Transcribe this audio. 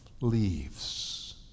leaves